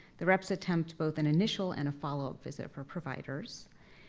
the reps attempt both an initial and a follow-up visit for providers.